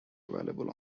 available